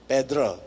Pedro